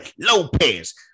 Lopez